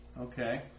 Okay